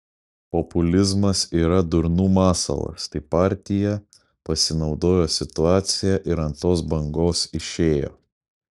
populizmas yra durnų masalas tai partija pasinaudojo situacija ir ant tos bangos išėjo